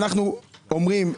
אנחנו אומרים,